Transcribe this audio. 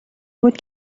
بود